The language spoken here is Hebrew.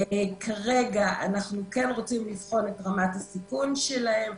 כרגע אנחנו רוצים לבחון את רמת הסיכון שלהם,